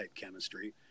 chemistry